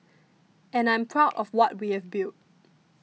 and I'm proud of what we have built